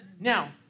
Now